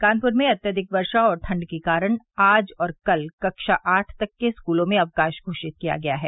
कानपुर में अत्यधिक वर्षा और ठण्ड के कारण आज और कल कक्षा आठ तक स्कूलों में अवकाश घोषित किया गया है